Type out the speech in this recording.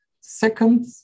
Second